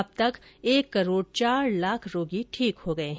अब तक एक करोड चार लाख रोगी ठीक हो चुके हैं